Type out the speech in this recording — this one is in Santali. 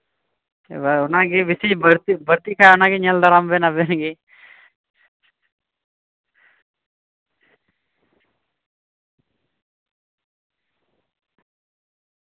ᱦᱮᱸ ᱵᱮᱥᱤ ᱵᱟᱲᱛᱤᱜ ᱠᱷᱟᱱ ᱚᱱᱟᱜᱮ ᱧᱮᱞ ᱫᱟᱨᱟᱢ ᱵᱮᱱ ᱟᱵᱮᱱ ᱜᱮ